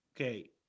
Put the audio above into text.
Okay